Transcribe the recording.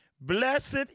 blessed